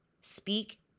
speak